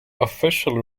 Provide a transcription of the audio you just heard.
officially